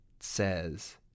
says